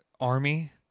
army